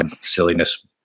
silliness